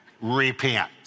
repent